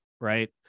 right